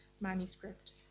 manuscript